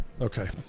Okay